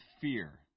fear